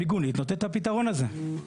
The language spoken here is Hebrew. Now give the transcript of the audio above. המיגונית נותנת את הפתרון הזה.